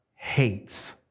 hates